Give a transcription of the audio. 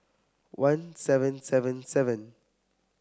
one seven seven seven